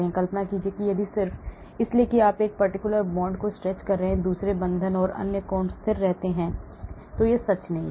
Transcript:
कल्पना कीजिए कि सिर्फ इसलिए कि आप एक particular bond को stretch रहे हैं दूसरे बंधन और अन्य कोण स्थिर रहते हैं यह सच नहीं है